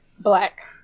Black